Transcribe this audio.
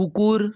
কুকুর